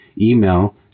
email